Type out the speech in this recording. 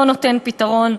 לא נותן פתרון.